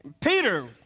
Peter